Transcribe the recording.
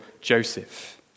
Joseph